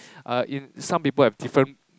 uh some people have different